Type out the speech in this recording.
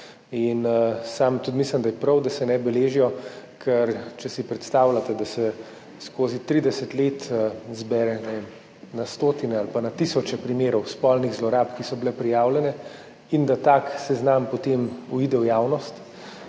Sam tudi mislim, da je prav, da se ne beležijo, ker če si predstavljate, da se skozi 30 let zbere, ne vem, na stotine ali pa na tisoče primerov spolnih zlorab, ki so bile prijavljene, in da tak seznam potem uide v javnost